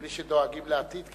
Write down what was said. בלי שדואגים לעתיד,